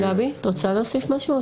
גבי, את רוצה להוסיף משהו?